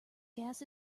gas